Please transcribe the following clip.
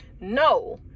no